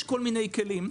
יש כל מיני כלים.